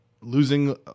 losing